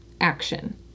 action